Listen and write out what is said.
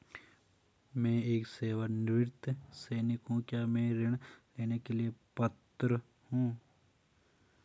मैं एक सेवानिवृत्त सैनिक हूँ क्या मैं ऋण लेने के लिए पात्र हूँ?